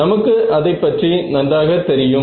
நமக்கு அதை பற்றி நன்றாக தெரியும்